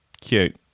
Cute